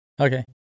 Okay